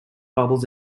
bubbles